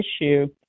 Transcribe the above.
issue